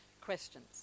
questions